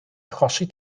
achosi